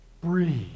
breathe